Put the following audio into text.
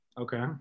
Okay